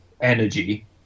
energy